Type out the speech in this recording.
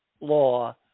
Law